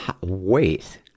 Wait